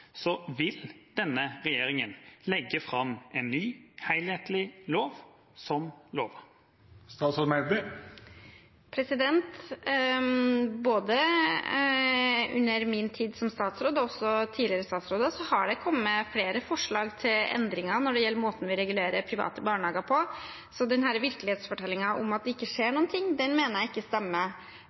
Vil denne regjeringa legge fram en ny, helhetlig lov, som lovet? Både under min tid som statsråd og også under tidligere statsråder har det kommet flere forslag til endringer når det gjelder måten vi regulerer private barnehager på, så denne virkelighetsfortellingen om at det ikke skjer noen ting, mener jeg ikke stemmer.